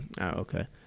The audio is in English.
okay